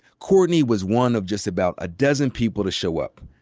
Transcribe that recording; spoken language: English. courtney was one of just about a dozen people to show up,